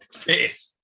face